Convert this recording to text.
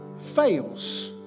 fails